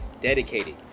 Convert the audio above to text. dedicated